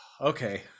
okay